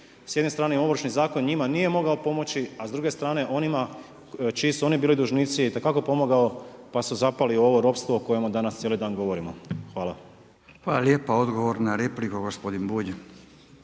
s jedne strane Ovršni zakon njima nije mogao pomoći, a s druge strane onima, čiji su oni bili dužnici itekako je pomogao, pa su zapali u ovo ropstvo o kojemu danas cijeli dan govorimo. Hvala. **Radin, Furio (Nezavisni)** Hvala lijepa. Odgovor na repliku, gospodin Bulj.